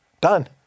done